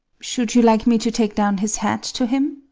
should you like me to take down his hat to him?